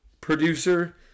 producer